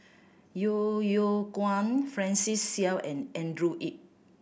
Yeo Yeow Kwang Francis Seow and Andrew Yip